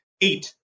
eight